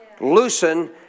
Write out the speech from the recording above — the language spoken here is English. loosen